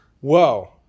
Whoa